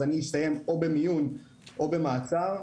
אז אני אסיים או במיון או במעצר,